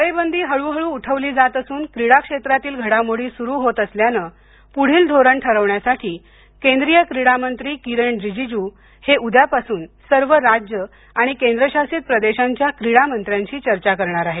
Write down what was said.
टाळेबंदी हळूहळू उठवली जात असून क्रीडा क्षेत्रातील घडामोडी सुरू होत असल्यानं पुढील धोरण ठरवण्यासाठी केंद्रीय क्रीडा मंत्री किरण रीजिजू हे उद्यापासून सर्व राज्य आणि केंद्रशासित प्रदेशांच्या क्रीडा मंत्र्यांशी चर्चा करणार आहेत